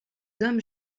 dom